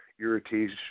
irritation